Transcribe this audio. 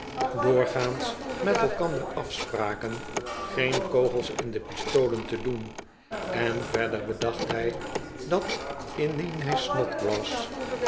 doorgaans met elkander afspraken geen kogels in de pistolen te do en en verder bedacht hij dat indien hij snod grass